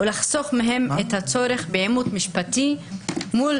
ולחסוך מהם את הצורך בעימות משפחתי מול